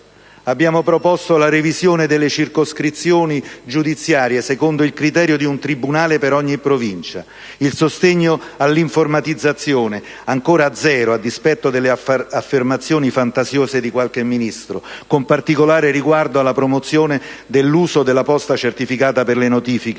Abbiamo proposto la revisione delle circoscrizioni giudiziarie, secondo il criterio di un tribunale per ogni provincia, il sostegno all'informatizzazione (ancora a zero, a dispetto delle affermazioni fantasiose di qualche Ministro), con particolare riguardo alla promozione dell'uso della posta certificata per le notifiche,